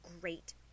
great